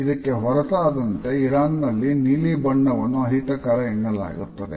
ಇದಕ್ಕೆ ಹೊರತಾದಂತೆ ಇರಾನ್ ನಲ್ಲಿ ನೀಲಿ ಬಣ್ಣವನ್ನು ಅಹಿತಕರ ಎನ್ನಲಾಗುತ್ತದೆ